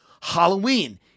Halloween